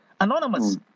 Anonymous